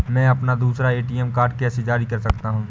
मैं अपना दूसरा ए.टी.एम कार्ड कैसे जारी कर सकता हूँ?